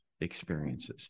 experiences